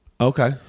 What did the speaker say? Okay